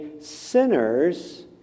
sinners